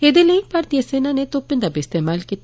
एदे लेई भारतीय सैना नै तोपे दा बी इस्तेमाल कीता